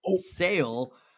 sale